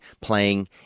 playing